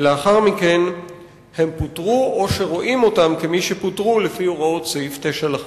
ולאחר מכן הם פוטרו או שרואים אותם כמי שפוטרו לפי הוראות סעיף 9 לחוק.